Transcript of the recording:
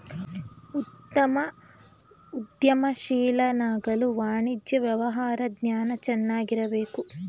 ಉತ್ತಮ ಉದ್ಯಮಶೀಲನಾಗಲು ವಾಣಿಜ್ಯ ವ್ಯವಹಾರ ಜ್ಞಾನ ಚೆನ್ನಾಗಿರಬೇಕು